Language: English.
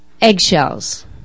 Eggshells